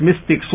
mystic